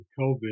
COVID